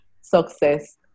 Success